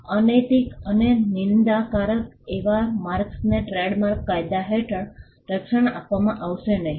અનૈતિક અને નિંદાકારક એવા માર્ક્સને ટ્રેડમાર્ક કાયદા હેઠળ રક્ષણ આપવામાં આવશે નહીં